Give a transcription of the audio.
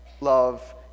Love